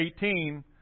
18